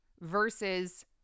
versus